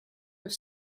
have